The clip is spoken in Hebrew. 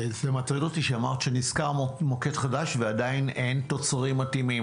זה מטריד אותי שאמרת שנשכר מוקד חדש ועדיין אין תוצרים מתאימים.